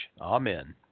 Amen